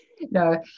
No